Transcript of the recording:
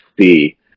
see